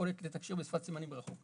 היכולת לתקשר בשפת סימנים מרחוק.